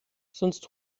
sonst